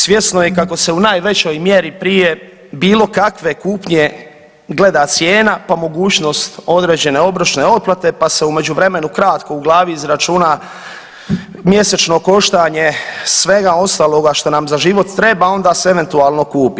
Svjesno je kako se u najvećoj mjeri prije bilo kakve kupnje gleda cijena po mogućnosti nekakve obročne otplate, pa se u međuvremenu kratko u glavi izračuna mjesečno koštanje svega ostaloga što nam za život treba, onda se eventualno kupi.